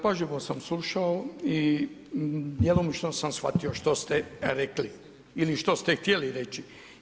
Pažljivo sam slušao i djelomično sam shvatio što ste rekli ili što ste htjeli reći.